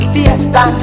Fiesta